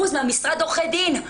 12% ממשרד עורכי הדין.